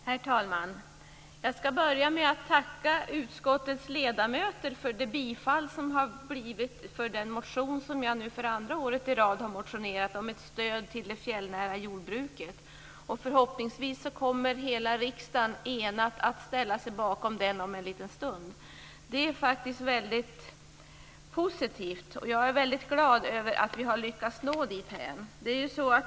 Herr talman! Jag skall börja med att tacka utskottets ledamöter för tillstyrkande av den motion som jag nu för andra året i rad har väckt om ett stöd till det fjällnära jordbruket. Förhoppningsvis kommer hela riksdagen enad att ställa sig bakom den om en liten stund. Det är faktiskt väldigt positivt, och jag är väldigt glad över att vi har lyckats nå dithän.